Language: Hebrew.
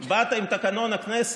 והיה מפגש מעניין אצל ראש